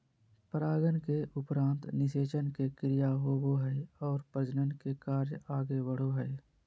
परागन के उपरान्त निषेचन के क्रिया होवो हइ और प्रजनन के कार्य आगे बढ़ो हइ